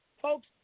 folks